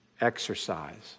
exercise